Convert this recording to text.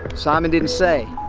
simon didn't say.